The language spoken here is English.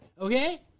Okay